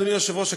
אדוני היושב-ראש,